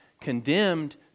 condemned